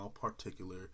particular